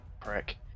prick